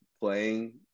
playing